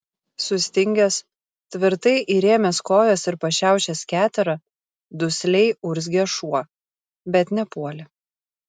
sustingęs tvirtai įrėmęs kojas ir pašiaušęs keterą dusliai urzgė šuo bet nepuolė